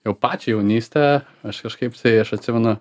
jau pačią jaunystę aš kažkaip tai aš atsimenu